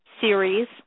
series